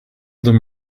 them